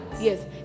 Yes